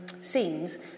scenes